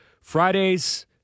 Fridays